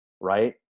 Right